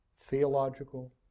theological